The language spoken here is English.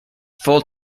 full